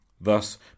Thus